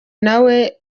nawe